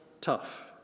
tough